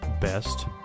best